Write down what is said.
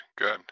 good